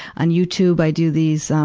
on youtube, i do these, um,